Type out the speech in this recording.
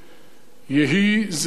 יהי זכרו ברוך.